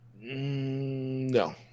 No